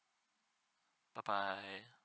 bye bye